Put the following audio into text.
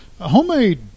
homemade